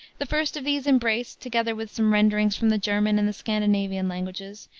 the first of these embraced, together with some renderings from the german and the scandinavian languages,